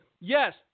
Yes